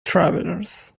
travelers